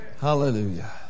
Hallelujah